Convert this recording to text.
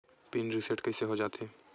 Pin reset कइसे हो जाथे?